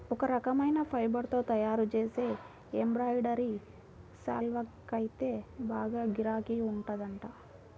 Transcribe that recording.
ఒక రకమైన ఫైబర్ తో తయ్యారుజేసే ఎంబ్రాయిడరీ శాల్వాకైతే బాగా గిరాకీ ఉందంట